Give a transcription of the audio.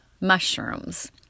mushrooms